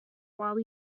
while